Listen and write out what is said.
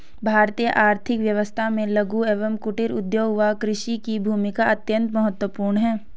भारतीय आर्थिक व्यवस्था में लघु एवं कुटीर उद्योग व कृषि की भूमिका अत्यंत महत्वपूर्ण है